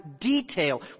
detail